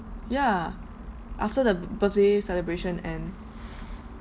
ya after the birthday celebration and